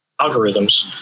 algorithms